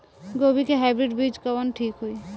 गोभी के हाईब्रिड बीज कवन ठीक होई?